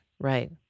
right